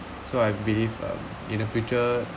so I believe um in a future